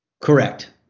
Correct